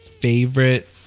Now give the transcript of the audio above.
favorite